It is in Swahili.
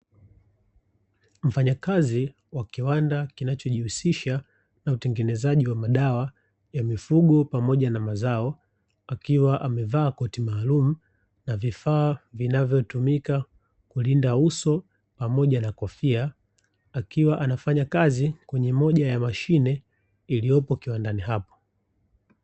Mfanyakazi wa kiwanda kinachojihusisha na utengenezaji wa madawa ya mifugo pamoja na mazao, akiwa amevaa koti maalumu na vifaa vinavyotumika kulinda uso pamoja na kofia, akiwa anafanya kazi kwenye moja ya mashine iliyopo kiwandani hapo.